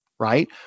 right